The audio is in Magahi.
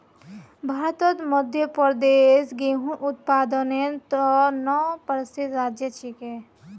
भारतत मध्य प्रदेश गेहूंर उत्पादनेर त न प्रसिद्ध राज्य छिके